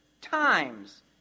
times